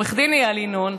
עו"ד אייל ינון,